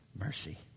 Mercy